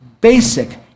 basic